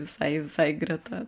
visai visai greta